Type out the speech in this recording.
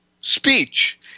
speech